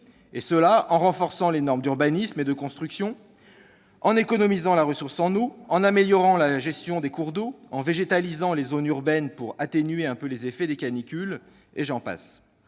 cela en renforçant les normes d'urbanisme et de construction, en économisant la ressource en eau, en améliorant la gestion des cours d'eau, en végétalisant les zones urbaines pour atténuer un peu les effets des canicules, etc. Il faut